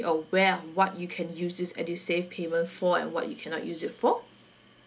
aware of what you can use this edusave payment for and what you cannot use it for